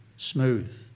smooth